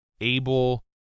able